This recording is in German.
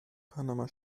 panama